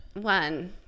One